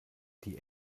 die